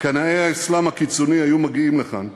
קנאי האסלאם הקיצוני היו מגיעים לכאן,